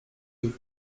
were